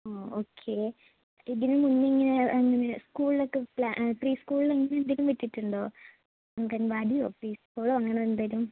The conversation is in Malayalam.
ആ ഓക്കെ ഇതിനു മുന്നിങ്ങനെ അങ്ങനെ സ്കൂളിലൊക്കെ പ്രീ സ്കൂളിലങ്ങനെ എന്തെങ്കിലും വിട്ടിട്ടുണ്ടോ അംഗൻവാടിയോ പ്രീ സ്കൂളോ അങ്ങനെയെന്തെങ്കിലും